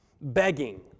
begging